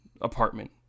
apartment